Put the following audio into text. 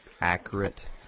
accurate